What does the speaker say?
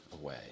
away